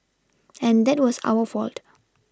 and that was our fault